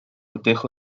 cortejo